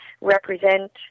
represent